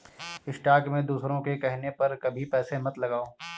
stock में दूसरों के कहने पर कभी पैसे मत लगाओ